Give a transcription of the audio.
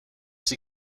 sie